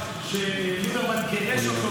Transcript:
קריב, עשר דקות לרשותך.